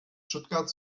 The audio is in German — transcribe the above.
stuttgart